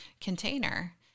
container